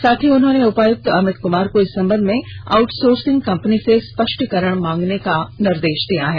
साथ ही उन्होंने उपायुक्त अमित कुमार को इस संबंध में आउटसोर्सिंग कंपनी से स्पष्टीकरण मांगने का निर्देश दिया है